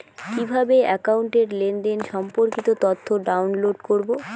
কিভাবে একাউন্টের লেনদেন সম্পর্কিত তথ্য ডাউনলোড করবো?